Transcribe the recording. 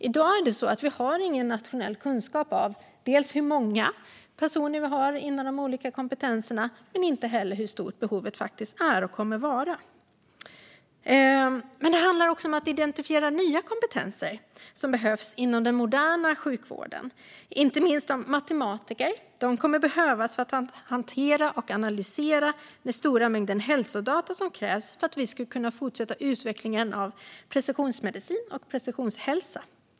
I dag har vi ingen nationell kunskap om hur många personer vi har inom de olika kompetenserna och heller inte om hur stort behovet faktiskt är och kommer att vara. Det handlar också om att identifiera nya kompetenser som behövs inom den moderna sjukvården, inte minst matematiker, som kommer att behövas för att hantera och analysera den stora mängd hälsodata som krävs för att vi ska kunna fortsätta utvecklingen av precisionsmedicin och precisionshälsa.